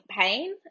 pain